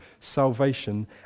salvation